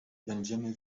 będziemy